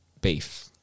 beef